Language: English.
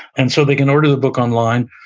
and so they can order the book online.